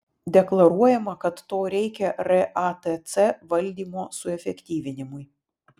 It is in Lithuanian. deklaruojama kad to reikia ratc valdymo suefektyvinimui